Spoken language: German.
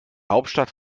hauptstadt